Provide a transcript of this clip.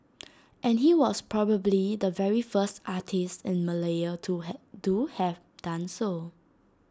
and he was probably the very first artist in Malaya to have do have done so